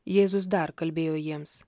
jėzus dar kalbėjo jiems